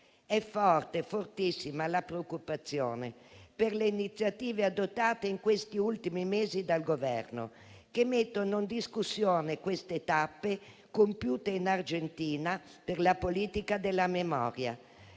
È forte, fortissima, la preoccupazione per le iniziative adottate in questi ultimi mesi dal Governo, che mettono in discussione le tappe compiute in Argentina per la politica della memoria.